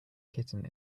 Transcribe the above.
kitten